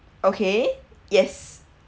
okay yes